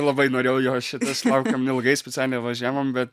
labai norėjau jo šitas laukėm ilgai specialiai važiavom bet